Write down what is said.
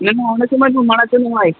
না না অন্যসময় মারার জন্য হয়